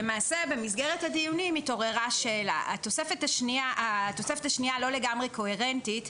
בדיונים התעוררה השאלה: התוספת השנייה לא לגמרי קוהרנטית.